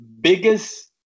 Biggest